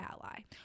ally